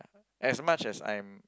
as much as I'm